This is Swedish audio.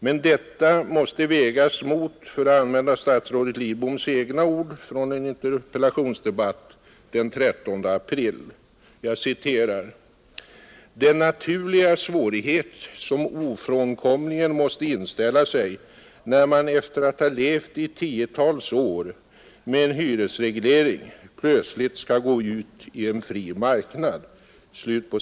Men detta måste — för att använda statsrådet Lidboms egna ord från en interpellationsdebatt den 13 april — vägas mot ”den naturliga svårighet som ofrånkomligen måste inställa sig när man efter att ha levt i tiotals år med en hyresreglering plötsligt skall gå ut i en fri marknad”.